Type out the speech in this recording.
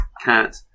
cat